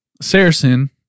Saracen